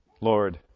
Lord